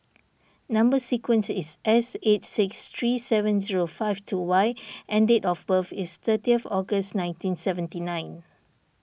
Number Sequence is S eight six three seven zero five two Y and date of birth is thirty August nineteen seventy nine